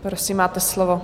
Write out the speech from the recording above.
Prosím, máte slovo.